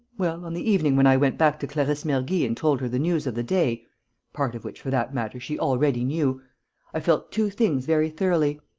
well, on the evening when i went back to clarisse mergy and told her the news of the day part of which, for that matter, she already knew i felt two things very thoroughly.